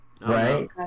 Right